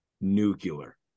nuclear